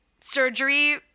surgery